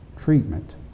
treatment